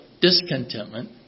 discontentment